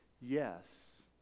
Yes